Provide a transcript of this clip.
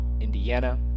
Indiana